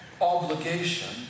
obligation